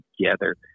together